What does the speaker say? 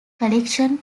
collection